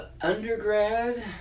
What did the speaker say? undergrad